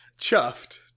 Chuffed